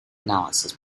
analysis